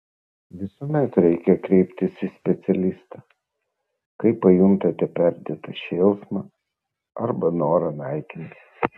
visuomet reikia kreiptis į specialistą kai pajuntate perdėtą šėlsmą arba norą naikinti